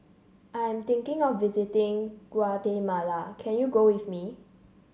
I'm thinking of visiting Guatemala can you go with me